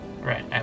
right